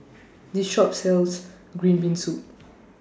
This Shop sells Green Bean Soup